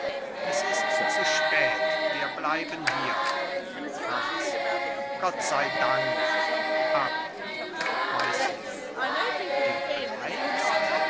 es ist zu spät wir bleiben hier franz gott sei dank ab weislingen du bleibst